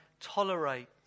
tolerate